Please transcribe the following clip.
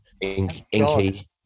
Inky